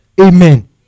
Amen